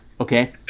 okay